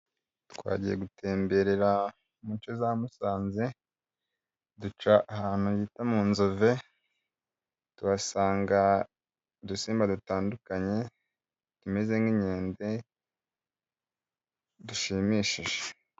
Twagiye gutemberera mu nshe za Musanze, duca ahantu bita mu Nzove, tuhasanga udusimba dutandukanye, tumeze nk'inkende, dushimishije.